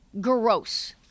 gross